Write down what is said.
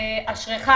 אשריך,